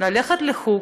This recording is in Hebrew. ללכת לחוג,